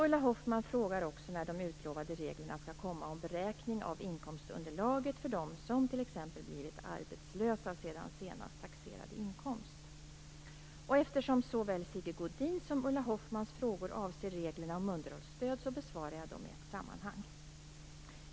Ulla Hoffmann frågar också när de utlovade reglerna skall komma om beräkning av inkomstunderlaget för dem som t.ex. blivit arbetslösa sedan senast taxerade inkomst. Eftersom såväl Sigge Godins som Ulla Hoffmanns frågor avser reglerna om underhållsstöd besvarar jag dem i ett sammanhang.